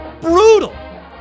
Brutal